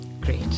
great